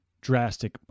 drastic